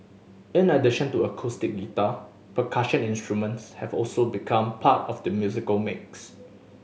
in addition to acoustic guitar percussion instruments have also become part of the musical mix